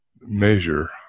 measure